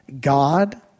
God